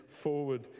forward